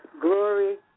Glory